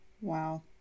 Wow